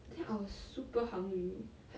then I was super hungry like